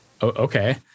Okay